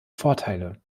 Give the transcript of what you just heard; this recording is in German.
vorteile